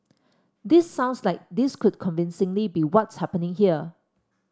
this sounds like this could convincingly be what's happening here